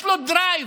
יש דרייב.